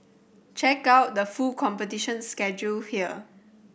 check out the full competition schedule here